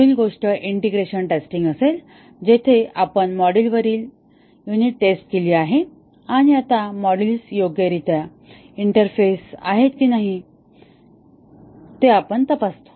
पुढील गोष्ट integration testing असेल जिथे आपण मॉड्यूलवरयुनिट टेस्ट केली आहे आणि आता मॉड्यूल्स योग्यरित्या इंटरफेस आहेत की नाही ते आपण तपासतो